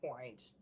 point